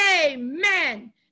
Amen